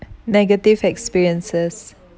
negative experiences